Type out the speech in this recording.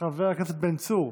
חבר הכנסת בן צור,